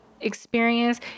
experience